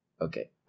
Okay